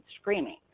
screaming